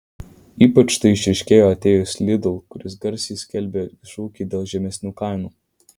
ypač tai išryškėjo atėjus lidl kuris garsiai skelbė šūkį dėl žemesnių kainų